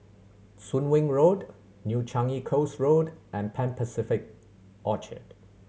Soon Wing Road New Changi Coast Road and Pan Pacific Orchard